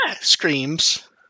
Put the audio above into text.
screams